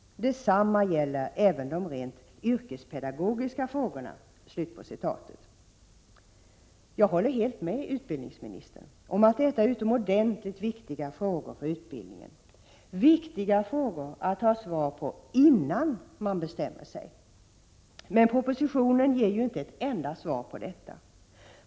Detsamma gäller även de rent yrkespedagogiska frågorna”. Jag håller helt med utbildningsministern om att detta är utomordentligt viktiga frågor för utbildningen, viktiga frågor att ha svar på innan man bestämmer sig. Men propositionen ger ju inte ett enda svar på detta.